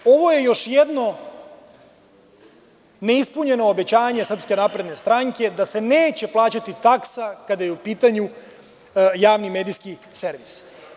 Ovo je još jedno neispunjeno obećanje SNS, da se neće plaćati taksa kada je u pitanju javni medijski servis.